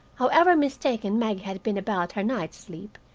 however mistaken maggie had been about her night's sleep,